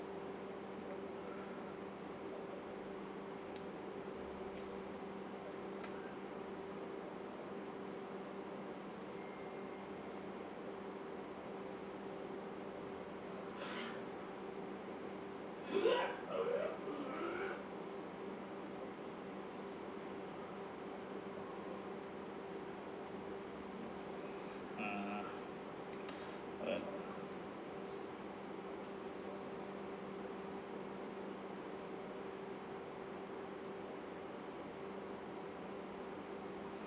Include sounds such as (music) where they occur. (coughs) uh uh